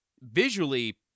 Visually